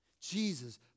Jesus